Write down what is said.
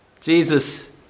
Jesus